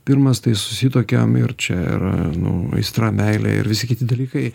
pirmas tai susituokėm ir čia yra nu aistra meilė ir visi kiti dalykai